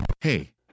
Hey